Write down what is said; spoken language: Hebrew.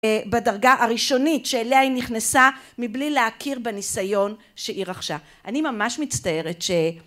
בדרגה הראשונית שאליה היא נכנסה מבלי להכיר בניסיון שהיא רכשה, אני ממש מצטערת ש...